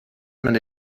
meine